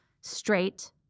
straight